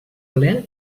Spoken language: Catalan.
ple